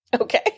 okay